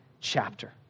chapter